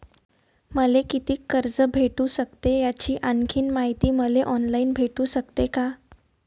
मले कितीक कर्ज भेटू सकते, याची आणखीन मायती मले ऑनलाईन भेटू सकते का?